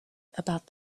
about